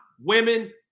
women